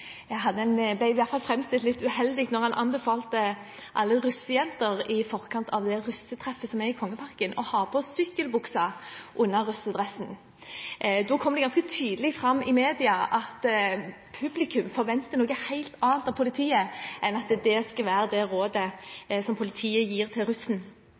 i hvert fall ble framstilt litt uheldig da han i forkant av russetreffet i Kongeparken anbefalte alle russejenter å ha på seg sykkelbukse under russedressen. Da kommer det ganske tydelig fram i media at publikum forventer noe helt annet av politiet enn at det skal være rådet politiet gir til russen.